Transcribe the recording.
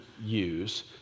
use